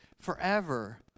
forever